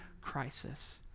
crisis